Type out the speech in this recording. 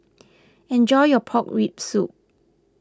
enjoy your Pork Rib Soup